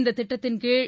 இந்த திட்டத்தின்கீழ்